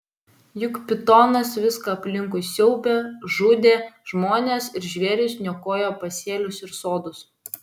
juk pitonas viską aplinkui siaubė žudė žmones ir žvėris niokojo pasėlius ir sodus